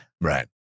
Right